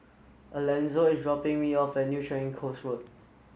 Alanzo is dropping me off at New Changi Coast Road